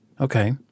okay